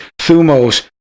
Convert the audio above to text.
thumos